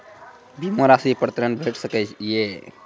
बीमा रासि पर ॠण भेट सकै ये?